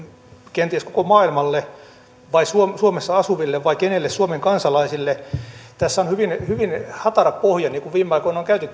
kenties koko maailmalle vai suomessa suomessa asuville vai kenelle suomen kansalaisille tässä on hyvin hyvin hatara pohja niin kuin viime aikoina on käyty